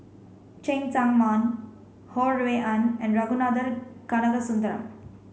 Cheng Tsang Man Ho Rui An and Ragunathar Kanagasuntheram